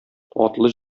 атлы